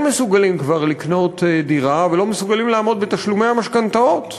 מסוגלים כבר לקנות דירה ולא מסוגלים לעמוד בתשלומי המשכנתאות.